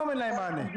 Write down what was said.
כל הכבוד לה.